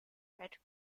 red